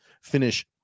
finish